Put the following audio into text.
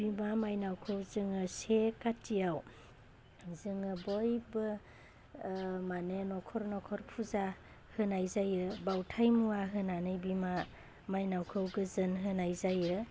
बिमा मायनावखौ जोङो से काथियाव जोङो बयबो मानि न'खर न'खर फुजा होनाय जायो बावथाइ मुवा होन्नानै बिमा मायनावखौ गोजोन होनाय जायो